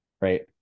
Right